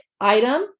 item